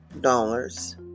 dollars